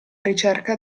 ricerca